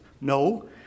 No